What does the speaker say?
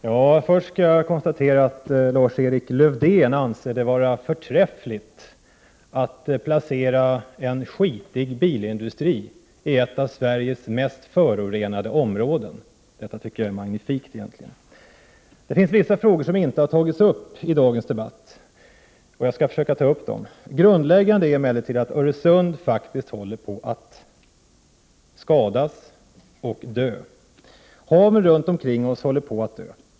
Herr talman! Först konstaterar jag att Lars-Erik Lövdén anser det vara förträffligt att placera en smutsspridande bilindustri i ett av Sveriges mest förorenade områden. Detta tycker jag är magnifikt. Det finns vissa frågor som inte har tagits upp i dagens debatt, och jag skall försöka ta upp dem. Grundläggande är emellertid att Öresund faktiskt håller på att skadas och dö. Haven runt omkring oss håller på att dö.